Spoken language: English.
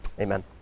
Amen